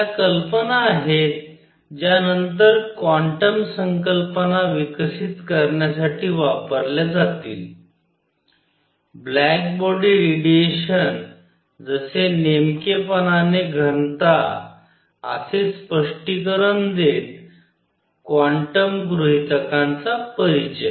या कल्पना आहेत ज्या नंतर क्वांटम संकल्पना विकसित करण्यासाठी वापरल्या जातील ब्लॅक बॉडी रेडिएशन जसे नेमकेपणाने घनता असे स्पष्टीकरण देत क्वांटम गृहीतकांचा परिचय